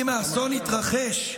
אם האסון יתרחש,